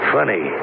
Funny